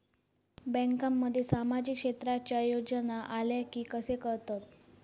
बँकांमध्ये सामाजिक क्षेत्रांच्या योजना आल्या की कसे कळतत?